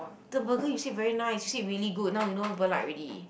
the burger you said very nice you said really good now you know why people like already